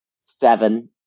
seven